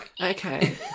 Okay